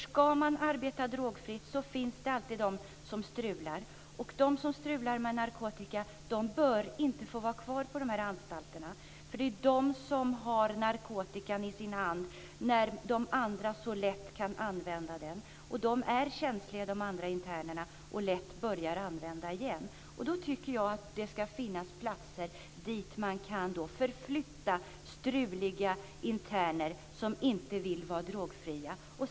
Ska man arbeta drogfritt finns det alltid de som strular. De som strular med narkotika bör inte få vara kvar på anstalterna, för det är de som har narkotikan i sin hand och de andra kan lätt använda den. De andra internerna är känsliga och börjar lätt använda narkotika igen. Och då tycker jag att det ska finnas platser dit man kan förflytta struliga interner som inte vill vara drogfria.